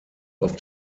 auf